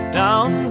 down